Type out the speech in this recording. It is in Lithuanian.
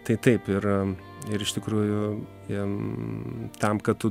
tai taip yra ir iš tikrųjų em tam kad tu